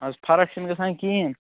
نہَ حَظ فرق چھےٚ نہٕ گژھَان کِہیٖنٛۍ